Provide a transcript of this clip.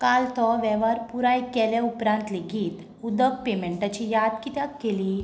काल तो वेव्हार पुराय केल्या उपरांत लेगीत उदक पेमेंटाची याद कित्याक केली